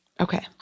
Okay